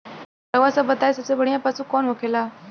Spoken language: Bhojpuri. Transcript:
रउआ सभ बताई सबसे बढ़ियां पशु कवन होखेला?